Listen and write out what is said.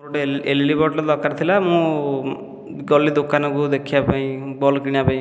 ମୋର ଗୋଟିଏ ଏଲଇଡ଼ି ବଲ୍ଟେ ଦରକାର ଥିଲା ମୁଁ ଗଲି ଦୋକାନକୁ ଦେଖିବା ପାଇଁ ବଲ୍ କିଣିବା ପାଇଁ